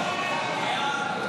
ההצעה להעביר את הצעת חוק הפחתת הגירעון